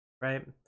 right